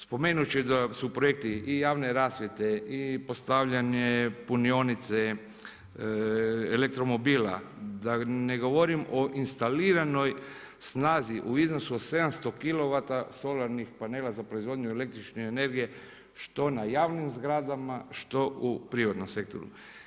Spomenuti ću da su projekti i javne rasvjete i postavljanje punionice elektromobila, da ne govorim o instaliranoj snazi u iznosu od 700 kilovata solarnih panela za proizvodnju električne energije što na javnim zgradama, što u privatnom sektoru.